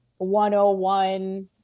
101